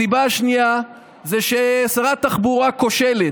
הסיבה השנייה היא שרת תחבורה כושלת,